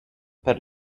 per